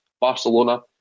Barcelona